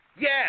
Yes